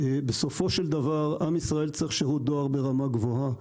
בסופו של דבר עם ישראל צריך שירות דואר ברמה גבוהה.